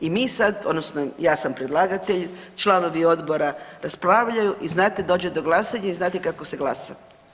I mi sad odnosno ja sam predlagatelj, članovi odbora raspravljaju i znate dođe do glasanja i znate kako se glasa.